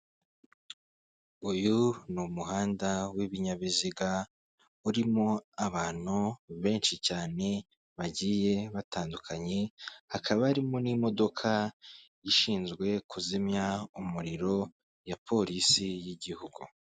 Uyu ni umuhanda w'ibinyabiziga urimo abantu benshi cyane bagiye batandukanye hakaba harimo n'imodoka ishinzwe kuzimya umuriro ya polisi y'igihugu.